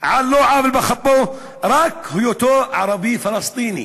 על לא עוול בכפו, רק היותו ערבי פלסטיני.